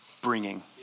bringing